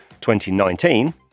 2019